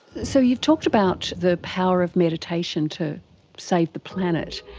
so you've talked about the power of meditation to save the planet.